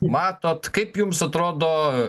matot kaip jums atrodo